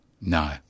No